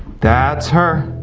that's her.